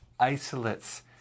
Isolates